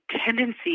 tendency